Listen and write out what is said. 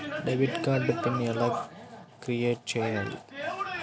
Debit card PIN ఎలా create చెయ్యాలి?